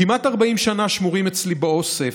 כמעט 40 שנה שמורים אצלי באוסף,